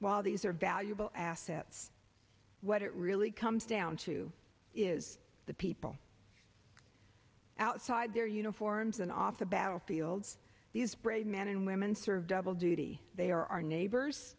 while these are valuable assets what it really comes down to is the people outside their uniforms and off the battlefields these brave men and women serve double duty they are our neighbors